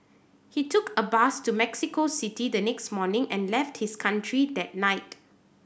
he took a bus to Mexico City the next morning and left his country that night